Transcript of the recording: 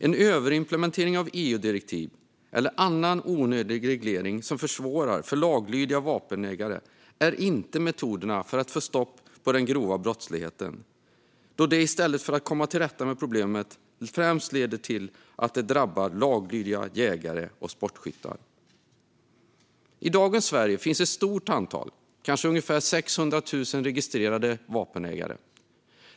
En överimplementering av EU-direktiv och annan onödig reglering som försvårarar för laglydiga vapenägare är inte metoderna för att få stopp på den grova brottsligheten, då de i stället för att komma till rätta med problemet främst leder till att drabba jägare och sportskyttar. I dagens Sverige finns ett stort antal, ungefär 600 000, registrerade vapenägare.